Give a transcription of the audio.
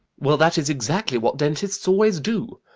well, that is exactly what dentists always do.